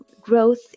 growth